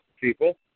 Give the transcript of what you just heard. people